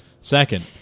Second